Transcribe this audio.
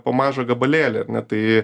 po mažą gabalėlį ar ne tai